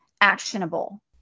actionable